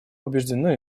убеждены